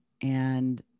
And-